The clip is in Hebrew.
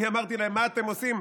אני אמרתי להם: מה אתם עושים?